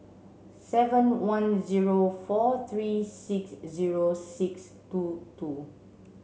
seven one zero four three six zero six two two